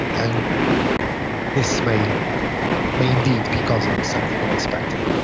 and this may may indeed be causing something unexpected